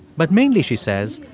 but mainly, she says,